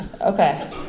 Okay